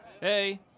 Hey